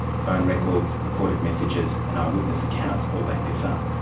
phone records, recorded messages, and eye-witness accounts all back this up.